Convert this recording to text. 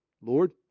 Lord